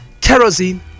kerosene